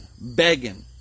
begging